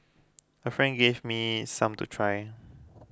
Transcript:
a friend gave me some to try